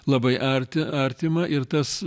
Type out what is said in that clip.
labai arti artima ir tas